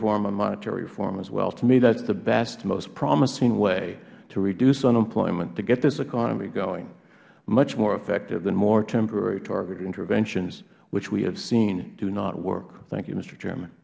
reform or monetary reform as well to me that is the best most promising way to reduce unemployment to get this economy going much more effective than more temporary targeted interventions which we have seen do not work thank you m